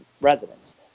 residents